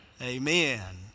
Amen